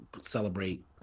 celebrate